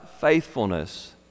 faithfulness